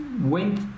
went